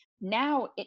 Now